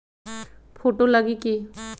Photo लगी कि?